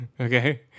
Okay